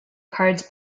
cards